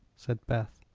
said beth.